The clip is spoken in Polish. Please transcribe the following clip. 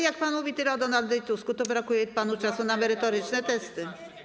Jak pan mówi tyle o Donaldzie Tusku, to brakuje panu czasu na merytoryczne teksty.